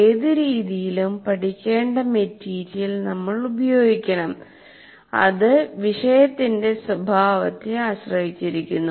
ഏത് രീതിയിലും പഠിക്കേണ്ട മെറ്റീരിയൽ നമ്മൾ ഉപയോഗിക്കണം അത് വിഷയത്തിന്റെ സ്വഭാവത്തെ ആശ്രയിച്ചിരിക്കുന്നു